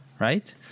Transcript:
right